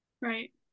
Right